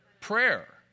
Prayer